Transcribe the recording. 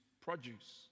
produce